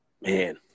man